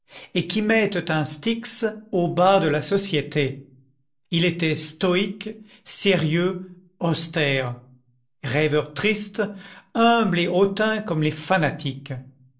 et qui mettent un styx au bas de la société il était stoïque sérieux austère rêveur triste humble et hautain comme les fanatiques